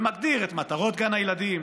ומגדיר את מטרות גן הילדים,